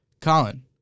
colin